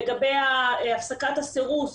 לגבי הפסקת הסירוס,